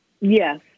Yes